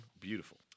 Beautiful